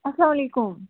اسلام علیکُم